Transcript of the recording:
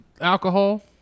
alcohol